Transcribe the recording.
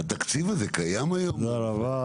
תודה רבה.